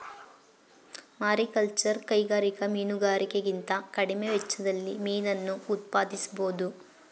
mariculture ಕೈಗಾರಿಕಾ ಮೀನುಗಾರಿಕೆಗಿಂತ ಕಡಿಮೆ ವೆಚ್ಚದಲ್ಲಿ ಮೀನನ್ನ ಉತ್ಪಾದಿಸ್ಬೋಧು